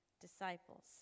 disciples